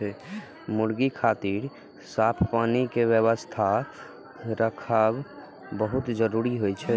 मुर्गी खातिर साफ पानी के व्यवस्था राखब बहुत जरूरी होइ छै